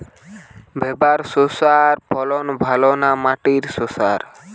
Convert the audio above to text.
ভেরার শশার ফলন ভালো না মাটির শশার?